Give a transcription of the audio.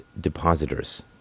depositors